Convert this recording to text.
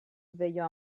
svegliò